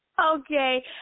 Okay